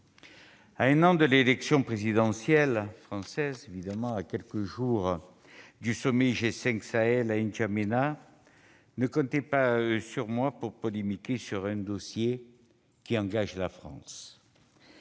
À un an de l'élection présidentielle française, à quelques jours du sommet du G5 Sahel à N'Djamena, ne comptez pas sur moi pour polémiquer sur un dossier qui engage la France.